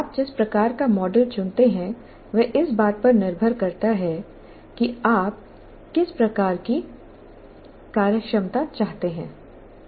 आप जिस प्रकार का मॉडल चुनते हैं वह इस बात पर निर्भर करता है कि आप किस प्रकार की कार्यक्षमता चाहते हैं